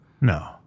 No